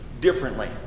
differently